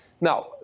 Now